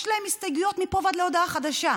יש להם הסתייגויות מפה ועד להודעה חדשה.